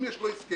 אם יש לו הסכם,